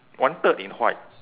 one third in white